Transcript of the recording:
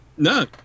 No